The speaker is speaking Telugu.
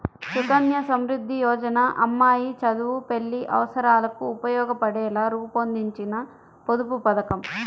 సుకన్య సమృద్ధి యోజన అమ్మాయి చదువు, పెళ్లి అవసరాలకు ఉపయోగపడేలా రూపొందించిన పొదుపు పథకం